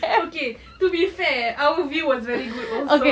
okay to be fair our view was very good also